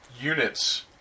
units